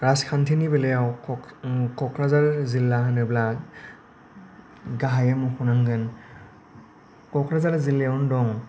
राजखान्थिनि बेलायाव क'क्राझार जिल्ला होनोब्ला गाहायै मख'नांगोन क'क्राझार जिल्लायावनो दं